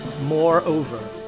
moreover